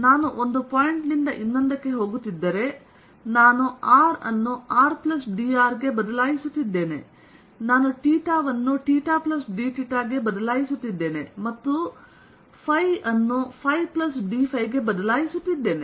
ನಾನು ಒಂದು ಪಾಯಿಂಟ್ ನಿಂದ ಇನ್ನೊಂದಕ್ಕೆ ಹೋಗುತ್ತಿದ್ದರೆ ನಾನು r ಅನ್ನು rdr ಗೆ ಬದಲಾಯಿಸುತ್ತಿದ್ದೇನೆ ನಾನು θ ಅನ್ನು θdθ ಗೆ ಬದಲಾಯಿಸುತ್ತಿದ್ದೇನೆ ಮತ್ತು ನಾನು ϕ ಅನ್ನು ϕdϕ ಗೆ ಬದಲಾಯಿಸುತ್ತಿದ್ದೇನೆ